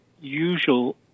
usual